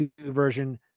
version